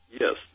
Yes